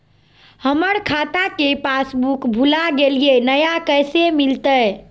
हमर खाता के पासबुक भुला गेलई, नया कैसे मिलतई?